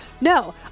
No